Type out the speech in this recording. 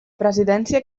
presidència